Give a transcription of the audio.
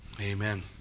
Amen